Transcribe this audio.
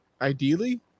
Ideally